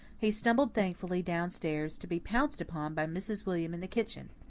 he stumbled thankfully down-stairs, to be pounced upon by mrs. william in the kitchen.